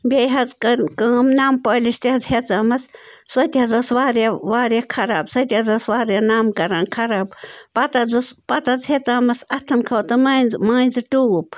بیٚیہِ حظ کٔرٕنۍ کٲم نَم پٲلِش تہِ حظ ہیژے مس سۄ تہِ حظ ٲسۍ وارِیاہ وارِیاہ خراب سَہ تہِ حظ ٲسۍ وارِیاہ نَم کَران خراب پَتہٕ حظ ٲسۍ پَتہٕ حظ ہیژے مس اَتھن خٲطر مٲنزِ مٲنزِ ٹیوٗپ